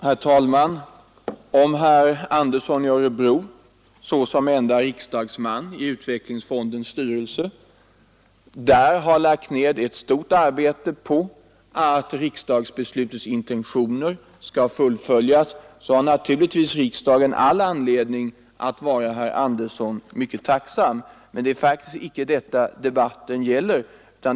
Herr talman! Om herr Andersson i Örebro såsom ende riksdagsman i utvecklingsfondens styrelse där har arbetat på att riksdagsbeslutets 97 intentioner skall fullföljas, så har naturligtvis riksdagen all anledning att vara herr Andersson tacksam, men det är faktiskt icke detta debatten gäller.